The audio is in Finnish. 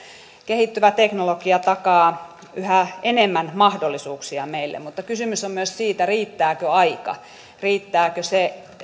kehittyvä teknologia takaa yhä enemmän mahdollisuuksia meille mutta kysymys on myös siitä riittääkö aika riittääkö se